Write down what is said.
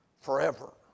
forever